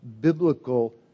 biblical